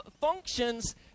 functions